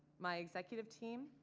my executive team.